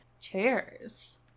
Cheers